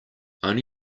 only